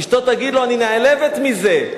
אשתו תגיד לו: אני נעלבת מזה,